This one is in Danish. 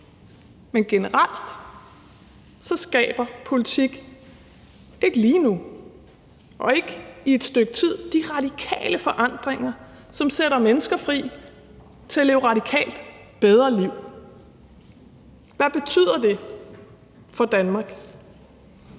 Men generelt – ikke lige nu og ikke i et stykke tid – skaber politik de radikale forandringer, som sætter mennesker fri til at leve radikalt bedre liv. Hvad betyder det for Danmark?